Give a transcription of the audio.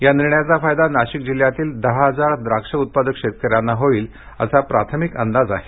या निर्णयाचा फायदा नाशिक जिल्ह्यातील दहा हजार द्राक्ष उत्पादक शेतकऱ्यांना होईल असा प्राथमिक अंदाज आहे